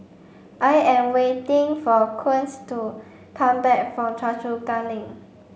I am waiting for Quint to come back from Choa Chu Kang Link